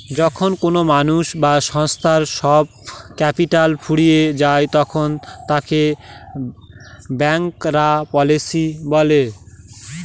যখন কোনো মানুষ বা সংস্থার সব ক্যাপিটাল ফুরিয়ে যায় তখন তাকে ব্যাংকরাপসি বলে